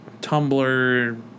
Tumblr